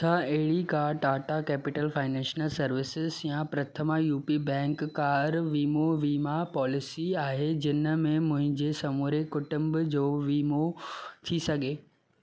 छा अहिड़ी का टाटा कैपिटल फाइनेंशियल सर्वसिस या प्रथमा यूपी बैंक कार वीमो वीमा पॉलिसी आहे जिन में मुंहिंजे समूरे कुटुंब जो वीमो थी सघे